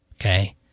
okay